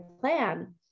plan